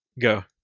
Go